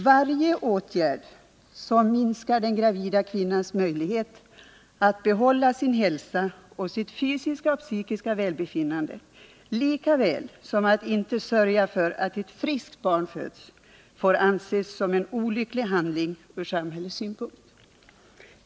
Varje åtgärd som minskar den gravida kvinnans möjlighet att behålla sin hälsa och sitt fysiska och psykiska välbefinnande lika väl som att inte sörja för att ett friskt barn föds får ses som en olycklig handling ur samhällets synpunkt.